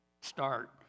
start